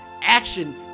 action